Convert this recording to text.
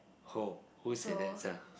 who say that sia